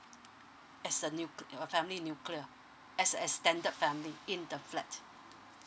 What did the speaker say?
as a nucl~ a family nuclear as extended family in the flat